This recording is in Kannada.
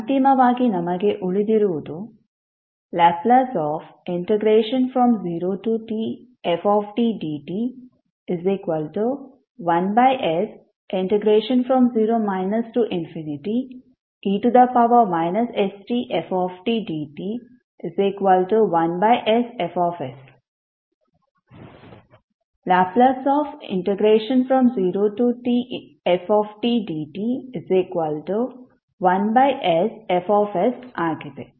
ಅಂತಿಮವಾಗಿ ನಮಗೆ ಉಳಿದಿರುವುದು L0tftdt1s0 e stftdt1sFs L0tftdt 1sF ಆಗಿದೆ